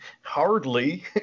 Hardly